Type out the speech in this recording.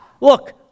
Look